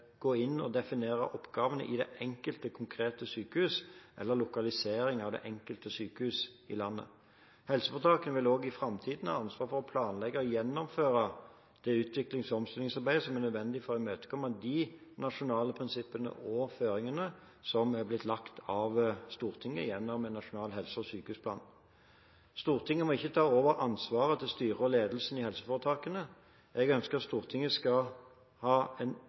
enkelte konkrete sykehus, eller lokalisering av det enkelte sykehus i landet. Helseforetakene vil også i framtiden har ansvaret for å planlegge og gjennomføre det utviklings- og omstillingsarbeidet som er nødvendig for å imøtekomme de nasjonale prinsippene og føringene som er blitt lagt av Stortinget gjennom en nasjonal helse- og sykehusplan. Stortinget må ikke ta over ansvaret til styret og ledelsen i helseforetakene. Jeg ønsker at Stortinget skal ha en